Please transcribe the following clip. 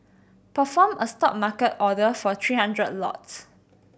perform a Stop market order for three hundred lots